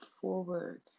forward